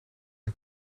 een